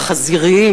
החזיריים,